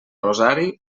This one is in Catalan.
rosari